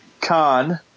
Khan